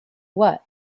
what